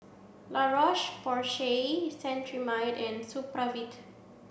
La Roche Porsay Cetrimide and Supravit